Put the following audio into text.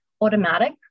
automatic